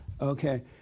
Okay